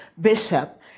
Bishop